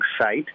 site